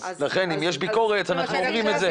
אם יש ביקורת אנחנו אומרים אותה.